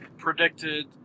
predicted